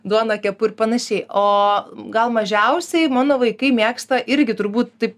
duoną kepu ir panašiai o gal mažiausiai mano vaikai mėgsta irgi turbūt taip